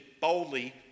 boldly